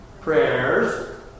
prayers